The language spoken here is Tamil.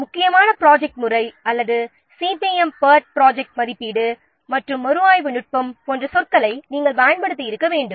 ஒரு முக்கியமான ப்ரொஜெக்ட் திட்டமிடலில் சிபிஎம் பேர்ட் ப்ரொஜெக்ட் மதிப்பீடு மற்றும் மறுஆய்வு நுட்பம் போன்ற சொற்களை நீங்கள் பயன்படுத்தியிருக்க வேண்டும்